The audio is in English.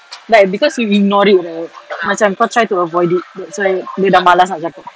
like because we ignored it right macam kau try to avoid it that's why dia dah malas nak cakap